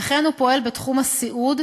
וכן הוא פועל בתחום הסיעוד,